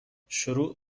شروع